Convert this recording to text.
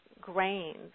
grains